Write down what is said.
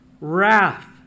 Wrath